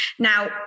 Now